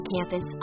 Campus